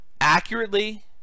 accurately